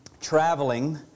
traveling